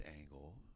angle